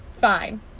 fine